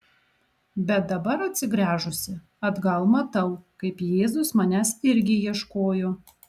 bet dabar atsigręžusi atgal matau kaip jėzus manęs irgi ieškojo